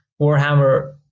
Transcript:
Warhammer